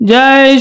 Jai